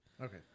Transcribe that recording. Okay